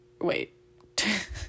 wait